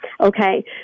Okay